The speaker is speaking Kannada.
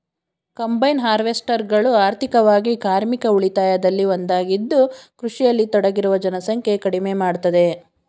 ಕಂಬೈನ್ ಹಾರ್ವೆಸ್ಟರ್ಗಳು ಆರ್ಥಿಕವಾಗಿ ಕಾರ್ಮಿಕ ಉಳಿತಾಯದಲ್ಲಿ ಒಂದಾಗಿದ್ದು ಕೃಷಿಯಲ್ಲಿ ತೊಡಗಿರುವ ಜನಸಂಖ್ಯೆ ಕಡಿಮೆ ಮಾಡ್ತದೆ